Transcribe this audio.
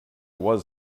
was